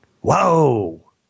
Whoa